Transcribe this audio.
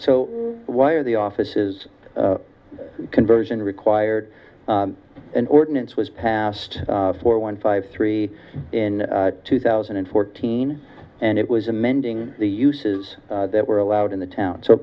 so why are the offices conversion required an ordinance was passed for one five three in two thousand and fourteen and it was amending the uses that were allowed in the town so